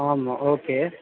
ஆமாம் ஓகே